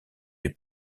les